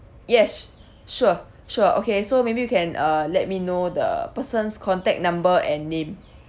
yes sure sure okay so maybe you can uh let me know the person's contact number and name